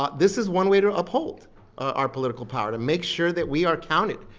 ah this is one way to uphold our political power. to make sure that we are counted.